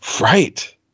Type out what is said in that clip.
right